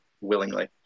willingly